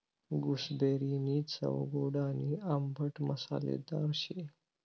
गूसबेरीनी चव गोड आणि आंबट मसालेदार शे